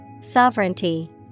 Sovereignty